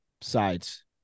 sides